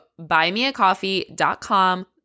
buymeacoffee.com